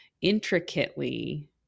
intricately